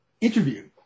interview